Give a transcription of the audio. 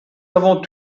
avons